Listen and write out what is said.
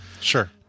Sure